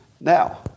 Now